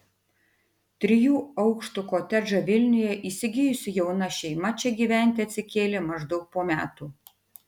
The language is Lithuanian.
trijų aukštų kotedžą vilniuje įsigijusi jauna šeima čia gyventi atsikėlė maždaug po metų